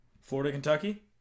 Florida-Kentucky